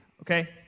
okay